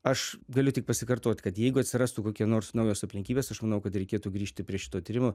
aš galiu tik pasikartot kad jeigu atsirastų kokie nors naujos aplinkybės aš manau kad reikėtų grįžti prie šito tyrimo